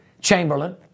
Chamberlain